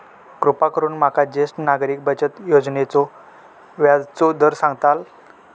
कृपा करून माका ज्येष्ठ नागरिक बचत योजनेचो व्याजचो दर सांगताल